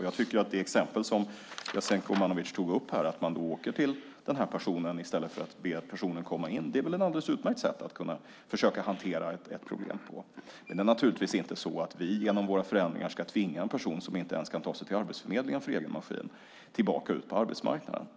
Jag tycker att det exempel som Jasenko Omanovic tog upp, där man åker hem till den person det gäller i stället för att be henne komma in, visar på ett alldeles utmärkt sätt att försöka hantera ett problem. Givetvis ska vi inte genom våra förändringar tvinga en person som inte ens kan ta sig till Arbetsförmedlingen för egen maskin tillbaka ut på arbetsmarknaden.